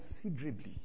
considerably